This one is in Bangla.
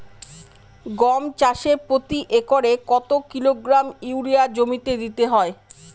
গম চাষে প্রতি একরে কত কিলোগ্রাম ইউরিয়া জমিতে দিতে হয়?